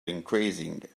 increasing